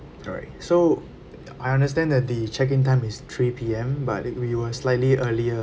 alright so I understand that the check in time is three P_M but it we were slightly earlier